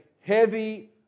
heavy